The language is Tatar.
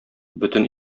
бөтен